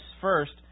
first